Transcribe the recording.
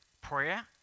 prayer